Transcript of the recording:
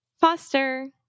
Foster